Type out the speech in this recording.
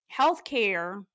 Healthcare